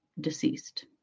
deceased